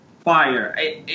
fire